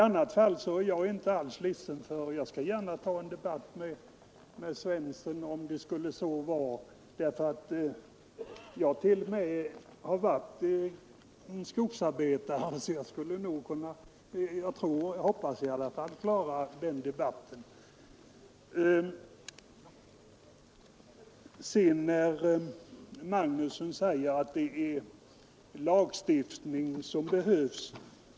Annars skall jag gärna ta upp en debatt med herr Svensson i Malmö om så skulle vara; jag har t.o.m. varit skogsarbetare, så jag skulle nog — det hoppas jag i alla fall klara den debatten. Herr Magnusson i Kristinehamn säger att det är lagstiftning som behövs.